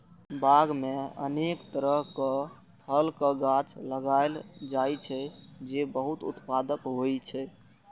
बाग मे अनेक तरहक फलक गाछ लगाएल जाइ छै, जे बहुत उत्पादक होइ छै